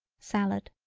salad.